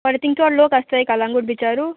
बरें थिंगा चड लोक आसताय कालंगूट बिचारू